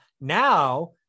Now